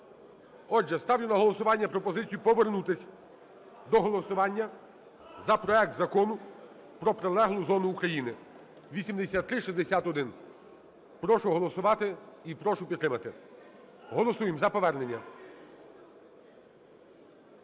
Отже, ставлю на голосування пропозицію повернутись до голосування за проект Закону про прилеглу зону України (8361). Прошу проголосувати і прошу підтримати. Голосуємо за повернення.